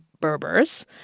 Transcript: Berbers